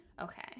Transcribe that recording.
Okay